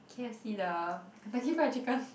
k_F_C the Kentucky Fried Chicken